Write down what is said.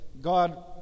God